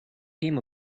came